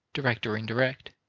direct or indirect,